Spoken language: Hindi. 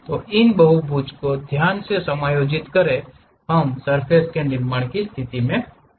इन बहुभुजों को ध्यान से समायोजित करके हम सर्फ़ेस के निर्माण की स्थिति में होंगे